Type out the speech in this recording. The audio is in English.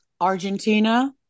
Argentina